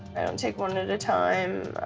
take one at a time.